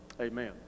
Amen